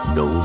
no